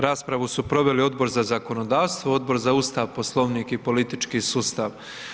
Raspravu su proveli Odbor za zakonodavstvo, Odbor za Ustav, Poslovnik i politički sustav.